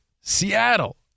Seattle